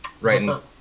right